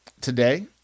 today